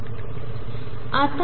तर सर्वसाधारणपणेमाझ्याकडेiℏdψdtH